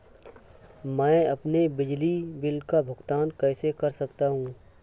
मैं अपने बिजली बिल का भुगतान कैसे कर सकता हूँ?